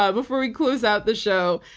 ah before we close out the show,